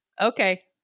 Okay